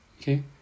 Okay